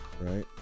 Right